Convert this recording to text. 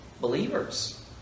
Believers